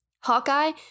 Hawkeye